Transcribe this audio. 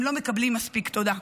הם לא מקבלים מספיק תודה.